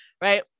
right